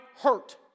hurt